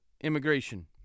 immigration